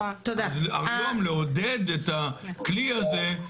אז היום לעודד את הכלי הזה,